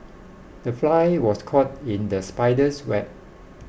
the fly was caught in the spider's web